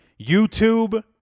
YouTube